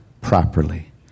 properly